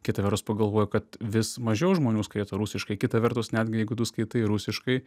kita vertus pagalvoju kad vis mažiau žmonių skaito rusiškai kita vertus netgi jeigu tu skaitai rusiškai